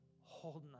holding